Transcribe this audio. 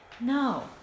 No